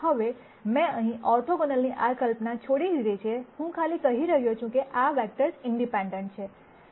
હવે મેં અહીં ઓર્થોગોનલની આ કલ્પના છોડી દીધી છે હું ખાલી કહી રહ્યો છું કે આ વેક્ટર્સ ઇંડિપેંડેન્ટ છે